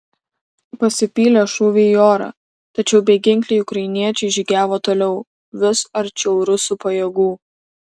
pasipylė šūviai į orą tačiau beginkliai ukrainiečiai žygiavo toliau vis arčiau rusų pajėgų